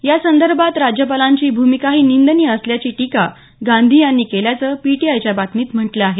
या संदर्भात राज्यपालांची भूमिकाही निंदनीय असल्याची टीका गांधी यांनी केल्याचं पीटीआयच्या बातमीत म्हटलं आहे